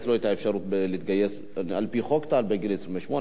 לו את האפשרות להתגייס על-פי חוק טל בגיל 28,